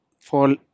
fall